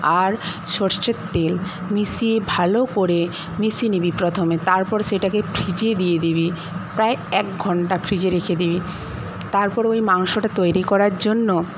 আর সরষের তেল মিশিয়ে ভালো করে মিশিয়ে নিবি প্রথমে তারপর সেটাকে ফ্রিজে দিয়ে দিবি প্রায় এক ঘণ্টা ফ্রিজে রেখে দিবি তারপর ওই মাংসটা তৈরি করার জন্য